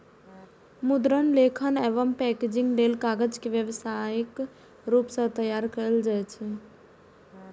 मुद्रण, लेखन एवं पैकेजिंग लेल कागज के व्यावसायिक रूप सं तैयार कैल जाइ छै